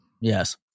yes